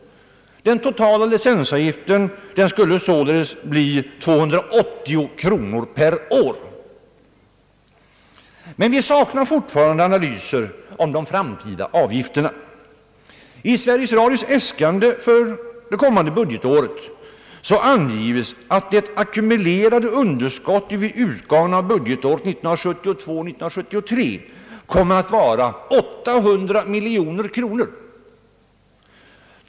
Den totala licensavgiften skulle således bli 280 kronor per år. Men vi saknar fortfarande analyser om de framtida avgifterna. I Sveriges Radios äskande för det kommande budgetåret anges att det ackumulerade underskottet vid utgången av budgetåret 1972/73 kommer att vara 800 miljoner kronor.